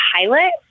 pilot